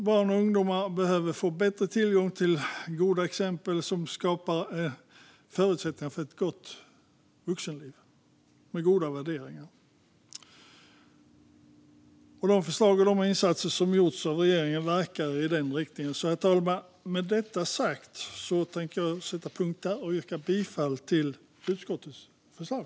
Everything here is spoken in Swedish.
Barn och ungdomar behöver få bättre tillgång till goda exempel som skapar förutsättningar för ett gott vuxenliv med goda värderingar, och de förslag och insatser som gjorts av regeringen verkar i denna riktning. Herr talman! Med detta sagt yrkar jag bifall till utskottets förslag.